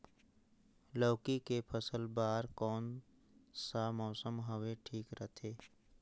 लौकी के फसल बार कोन सा मौसम हवे ठीक रथे?